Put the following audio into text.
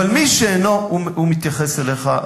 "אבל מי שאינו" הוא מתייחס אליך,